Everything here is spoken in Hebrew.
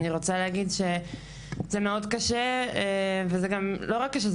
זה מאוד קשה וזה לא רק קשה,